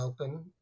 open